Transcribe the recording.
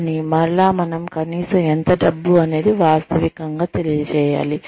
కానీ మరలా మనం కనీసం ఎంత డబ్బు అనేది వాస్తవికంగా తెలియజేయాలి